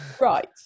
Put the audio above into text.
Right